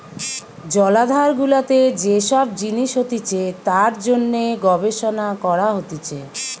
জলাধার গুলাতে যে সব জিনিস হতিছে তার জন্যে গবেষণা করা হতিছে